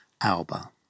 alba